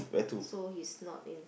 so he's not in